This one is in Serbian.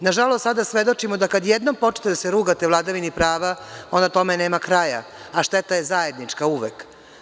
Nažalost, sada svedočimo da kada jednom počnete da se rugate vladavini prava, onda tome nema kraja, a šteta je zajednička uvek.